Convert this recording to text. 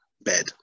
bed